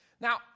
Now